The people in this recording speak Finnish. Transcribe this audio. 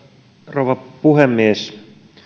rouva puhemies